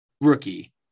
rookie